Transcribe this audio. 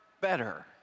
better